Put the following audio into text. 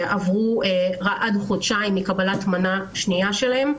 שעברו עד חודשיים מקבלת מנה שנייה שלהם,